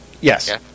Yes